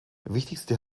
wichtigste